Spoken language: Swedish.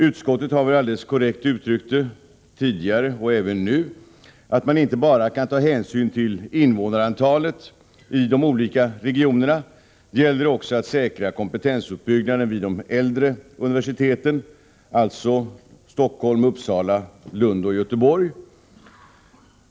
Utskottet har väl alldeles korrekt uttryckt det tidigare — och även nu — på det sättet att man inte bara kan ta hänsyn till invånarantalet i de olika regionerna. Det gäller också att säkra kompetensuppbyggnaden vid de äldre universiteten — alltså i Stockholm, Uppsala, Lund och Göteborg.